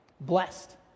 Blessed